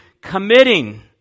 committing